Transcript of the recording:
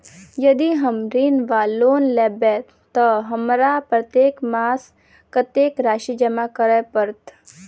यदि हम ऋण वा लोन लेबै तऽ हमरा प्रत्येक मास कत्तेक राशि जमा करऽ पड़त?